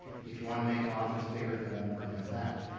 if you want to make an office bigger they won't permit that.